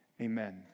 Amen